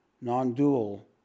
non-dual